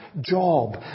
Job